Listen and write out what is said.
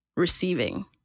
Receiving